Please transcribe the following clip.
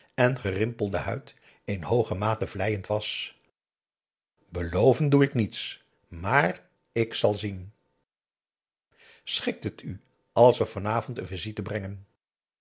en gerimpelde huid in hooge mate vleiend was beloven doe ik niets maar ik zal zien schikt het u als we van avond een visite brengen